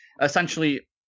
essentially